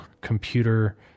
computer